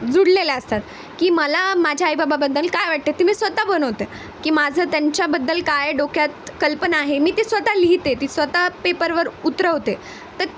जुळलेल्या असतात की मला माझ्या आई बाबाबद्दल काय वाटते ते मी स्वतः बनवते की माझं त्यांच्याबद्दल काय डोक्यात कल्पना आहे मी ते स्वतः लिहिते ती स्वतः पेपरवर उतरवते तर